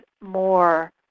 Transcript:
more